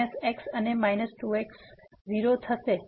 તો minus x અને આ 0 થશે